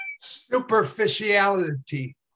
Superficiality